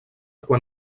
quan